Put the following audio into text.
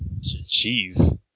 Jeez